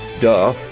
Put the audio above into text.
duh